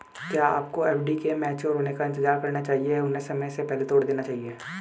क्या आपको एफ.डी के मैच्योर होने का इंतज़ार करना चाहिए या उन्हें समय से पहले तोड़ देना चाहिए?